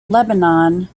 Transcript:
lebanon